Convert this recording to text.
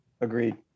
Agreed